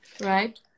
right